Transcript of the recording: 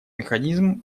механизм